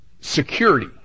security